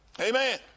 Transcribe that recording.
Amen